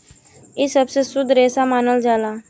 इ सबसे शुद्ध रेसा मानल जाला